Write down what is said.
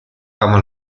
ama